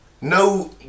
No